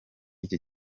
iki